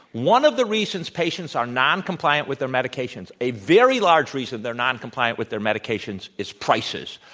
one of the reasons patients are noncompliant with their medications, a very large reason they're noncompliant with their medications, is prices,